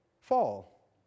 fall